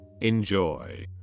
enjoy